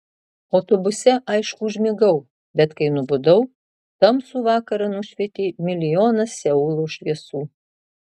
autobuse aišku užmigau bet kai nubudau tamsų vakarą nušvietė milijonas seulo šviesų